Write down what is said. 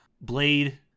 Blade